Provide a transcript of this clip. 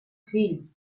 fill